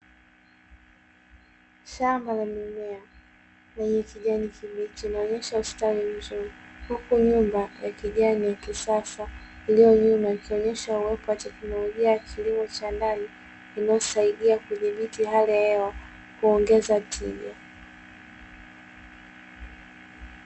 Shamba la mimea yenye kijani kibichi inaonyesha ustawi mzuri, huku nyumba ya kijani ya kisasa iliyo nyuma ikionyesha uwepo wa teknolojia ya kilimo cha ndani, inayosaidia kudhibiti hali ya hewa kuongeza tija.